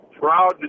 proud